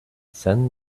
send